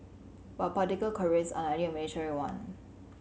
but a political career is unlike a military one